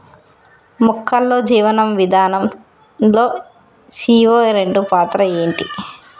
మొక్కల్లో జీవనం విధానం లో సీ.ఓ రెండు పాత్ర ఏంటి?